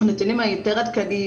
הנתונים היותר עדכניים,